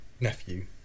nephew